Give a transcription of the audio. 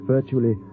Virtually